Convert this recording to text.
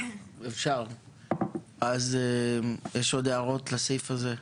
יש עוד הערות לסעיף הזה?